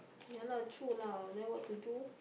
ya lah true lah then what to do